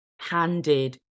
handed